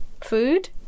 food